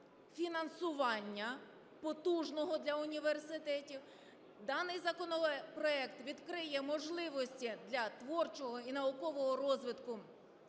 фінансування потужного для університетів. Даний законопроект відкриє можливості для творчого і наукового розвитку